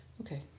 Okay